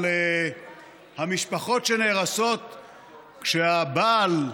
על המשפחות שנהרסות כשהבעל,